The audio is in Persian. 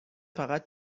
فقط